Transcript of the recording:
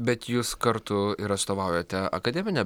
bet jūs kartu ir atstovaujate akademinę